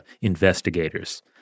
investigators